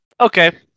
Okay